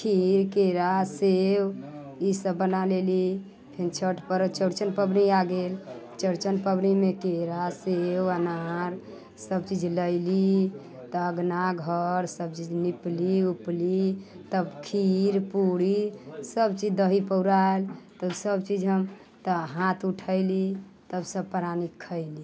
खीर केरा सेब ई सब बना लेली फेन छठ पर्व चौरचन पबनी आ गेल चौरचन पबनीमे केरा सेब अनार सब चीज लयली तऽ अँगना घर सब चीज निपली ओपली तब खीर पूरी सब चीज दही पोरायल तऽ सब चीज हम तऽ हाथ उठैली तब सब प्राणी खयली